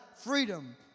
freedom